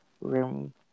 room